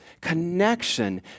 connection